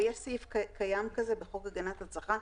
ויש סעיף כזה בחוק הגנת הצרכן,